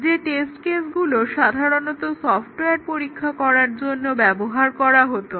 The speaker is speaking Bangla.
যে টেস্ট কেসগুলো সাধারণত সফটওয়্যার পরীক্ষা করার জন্য ব্যবহার করা হতো